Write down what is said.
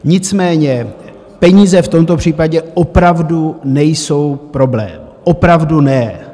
Nicméně peníze v tomto případě opravdu nejsou problém, opravdu ne.